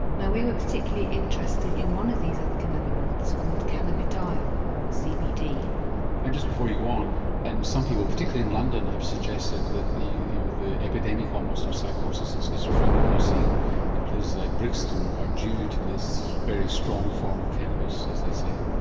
now we were particularly interested in one of these other cannabinoids called cannabidiol or cbd. and just before you go on and some people, particularly in london have suggested that the you know the epidemic almost of psychosis and schizophrenia that you're seeing in places like brixton are due to this very strong form of cannabis as they say.